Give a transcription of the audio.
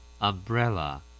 umbrella